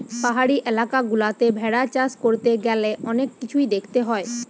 পাহাড়ি এলাকা গুলাতে ভেড়া চাষ করতে গ্যালে অনেক কিছুই দেখতে হয়